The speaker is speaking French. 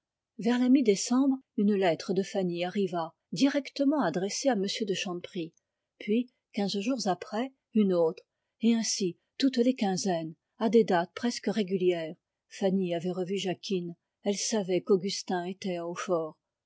vers la mi décembre une lettre de fanny arriva directement adressée à m de chanteprie puis quinze jours après une autre et ainsi toutes les quinzaines à des dates presque régulières fanny avait revu jacquine elle savait qu'augustin était à hautfort